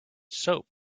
soap